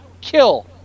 kill